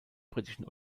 britischen